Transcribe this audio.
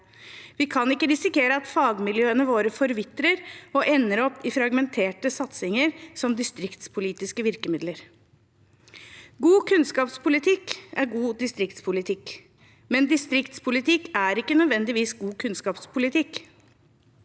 Vi kan ikke risikere at fagmiljøene våre forvitrer og ender i fragmenterte satsinger som distriktspolitiske virkemidler. God kunnskapspolitikk er god distriktspolitikk, men distriktspolitikk er ikke nødvendigvis god kunnskapspolitikk.